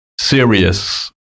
serious